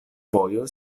vojo